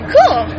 Cool